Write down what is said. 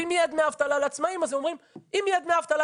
ואם יהיה דמי אבטלה לעצמאים אז הם אומרים אם יהיה דמי אבטלה